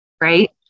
right